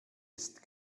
ist